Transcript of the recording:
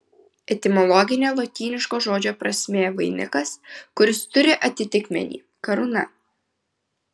etimologinė lotyniško žodžio prasmė vainikas kuris turi atitikmenį karūna